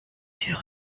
sur